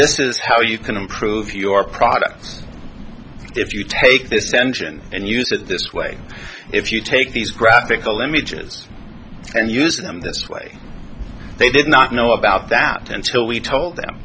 this is how you can improve your product if you take this tension and use it this way if you take these graphical images and use them this way they did not know about that until we told them